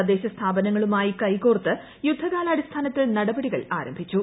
തദ്ദേശ സ്ഥാപനങ്ങളുമായി കൈക്കോർത്ത് യുദ്ധകാല അടിസ്ഥാനത്തിൽ നടപടികൾ ആരംഭിച്ചു